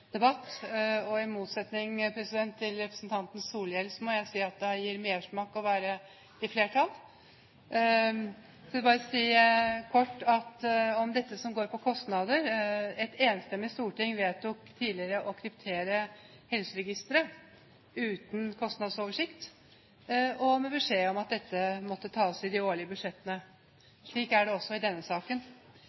debatt. I motsetning til representanten Solhjell må jeg si at det gir mersmak å være i flertall! Jeg vil bare si kort om dette som går på kostnader: Et enstemmig storting vedtok tidligere å kryptere helseregistre – uten kostnadsoversikt, og med beskjed om at dette måtte tas i de årlige budsjettene. Slik er det også i denne saken.